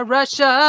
Russia